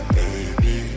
Baby